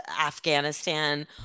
Afghanistan